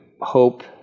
hope